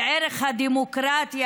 וערך הדמוקרטיה,